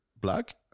black